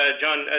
john